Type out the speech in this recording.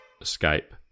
escape